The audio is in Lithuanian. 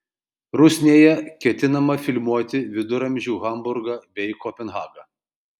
rusnėje ketinama filmuoti viduramžių hamburgą bei kopenhagą